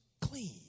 clean